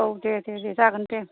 औ दे दे जागोन दे